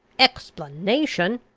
explanation!